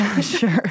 Sure